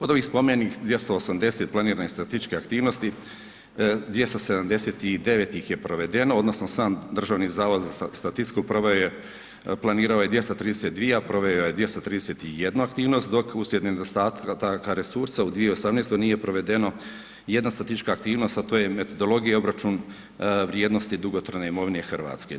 Od ovih spomenutih 280 planiranih statističkih aktivnosti, 279 ih je provedeno odnosno sam Državni zavod za statistiku proveo je, planirao je 232, a proveo je 231 aktivnost, dok uslijed nedostataka resursa u 2018. nije provedeno 1 statistička aktivnost, a to je metodologija i obračun vrijednosti dugotrajne imovine Hrvatske.